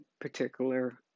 particular